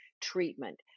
treatment